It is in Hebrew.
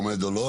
עומד או לא,